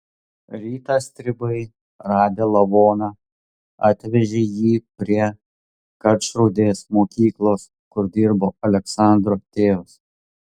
rytą stribai radę lavoną atvežė jį prie karčrūdės mokyklos kur dirbo aleksandro tėvas